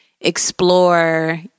explore